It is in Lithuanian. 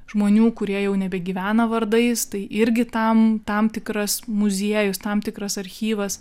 žmonių kurie jau nebegyvena vardais tai irgi tam tam tikras muziejus tam tikras archyvas